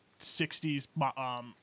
60s